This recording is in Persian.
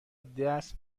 دست